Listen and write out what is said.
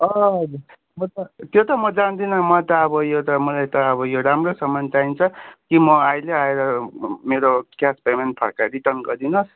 अँ म त त्यो त म जान्दिनँ म त अब यो त मलाई त अब यो राम्रो सामान चाहिन्छ कि म अहिले आएर मेरो क्यास पेमेन्ट फर्काइ रिटर्न गरिदिनुहोस्